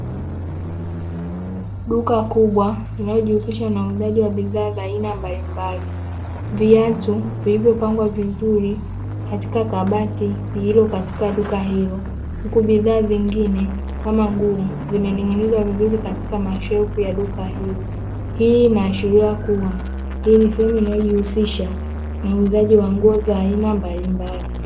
Duka kubwa linalojihusisha na uuzaji wa bidhaa za aina mbalimbali. Viatu vilivyopangwa vizuri katika kabati lililo katika duka hilo, huku bidhaa zingine kama nguo; zimening'inizwa vizuri katika mashelfu ya duka hilo. Hii inaashiria kuwa hii ni sehemu inayojihusisha na uuzaji wa nguo za aina mbalimbali.